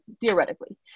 theoretically